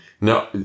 No